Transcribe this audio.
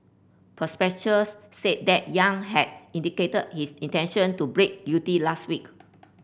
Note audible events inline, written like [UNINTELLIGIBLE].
[UNINTELLIGIBLE] said that Yang had indicated his intention to break guilty last week